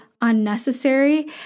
unnecessary